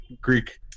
Greek